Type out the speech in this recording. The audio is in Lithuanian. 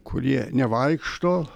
kurie nevaikšto